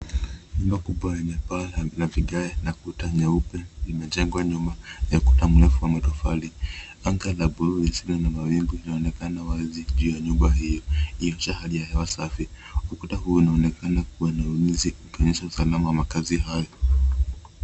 Nyumba kubwa yenye paa la vigae na kuta nyeupe imejengwa nyuma ya ukuta mrefu wa matofali. Anga la blue lisilo na mawingu linaonekana wazi juu ya nyumba hiyo. Hiyo asha hali ya hewa safi. Ukuta huu unaonekana kuwa na ulinzi ukionyesha usalama wa makazi hayo.